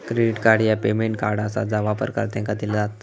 credit card ह्या payment card आसा जा वापरकर्त्यांका दिला जात